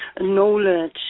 knowledge